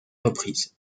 reprise